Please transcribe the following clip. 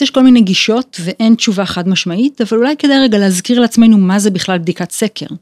יש כל מיני גישות ואין תשובה חד משמעית, אבל אולי כדי רגע להזכיר לעצמנו מה זה בכלל בדיקת סקר.